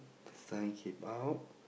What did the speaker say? a fly came out